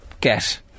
get